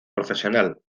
profesional